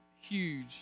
huge